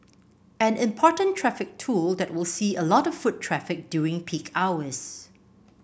an important traffic tool that will see a lot of foot traffic during peak hours